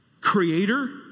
Creator